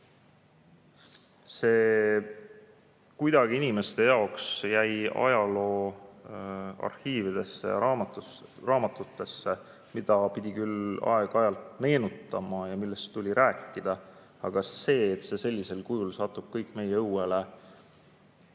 oli inimeste jaoks jäänud ajalooarhiividesse ja raamatutesse, mida on tulnud küll aeg-ajalt meenutada ja millest on tulnud rääkida. Aga see, et see sellisel kujul satub kõik meie õuele,